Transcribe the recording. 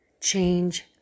change